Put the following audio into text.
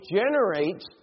generates